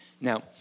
Now